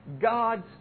God's